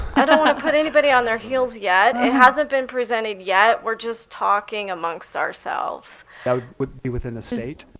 i don't want to put anybody on their heels yet. it hasn't been presented yet. we're just talking amongst ourselves. that would be within the state